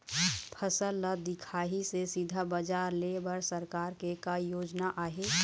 फसल ला दिखाही से सीधा बजार लेय बर सरकार के का योजना आहे?